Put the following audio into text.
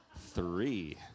three